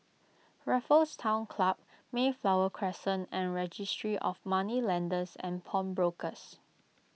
Raffles Town Club Mayflower Crescent and Registry of Moneylenders and Pawnbrokers